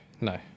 No